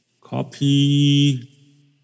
Copy